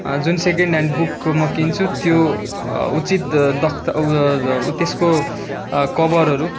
जुन second hand बुकको म किन्छु त्यो उचित दख्ता उतेस्को कभरहरू